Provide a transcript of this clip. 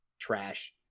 Trash